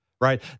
Right